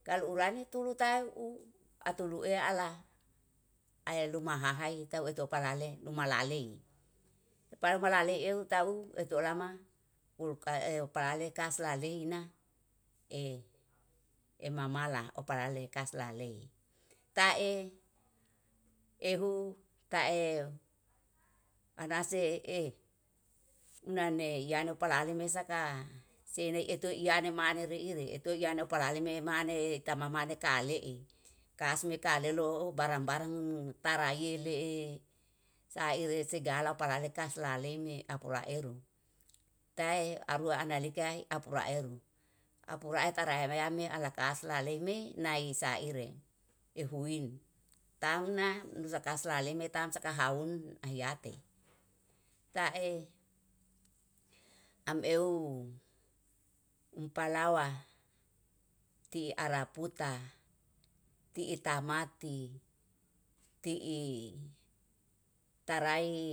Kalu urani turu tau u atuluea ala aye luma hahae tawuetu palale luma lalei. Pal luma lalei euw tauu etu olama ulkaeu palale kaslaleina e mamala opalale kaslalei. Tae ehu tae anase eh nane yani palale mesaka sene etu iyane mane reire etu iyane palale me mane tamama mane kalee, kasme kaleloo barang-barang taraie lee saire segala parane kaslalei me apuraeru tae arua analikai apuraeru. Apuraeru taraemeame alakasla laleime nai saire ehuini tamna nusa kasla lemeta tamsa kahaun ahyate, tae am euw upalawa tie ara puta tiita mati tii tarae